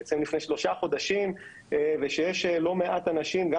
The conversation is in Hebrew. לפני שלושה חודשים ושיש לא מעט אנשים גם